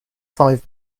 five